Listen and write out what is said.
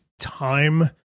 time